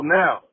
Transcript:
now